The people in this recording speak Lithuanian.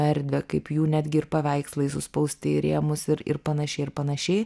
erdvę kaip jų netgi ir paveikslai suspausti į rėmus ir ir panašiai ir panašiai